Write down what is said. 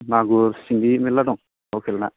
मागुर सिंगि मेरला दं लखेल ना